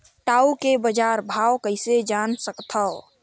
टाऊ के बजार भाव कइसे जान सकथव?